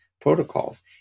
protocols